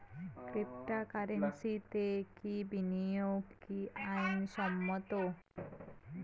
ক্রিপ্টোকারেন্সিতে বিনিয়োগ কি আইন সম্মত?